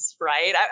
right